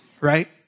right